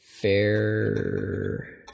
Fair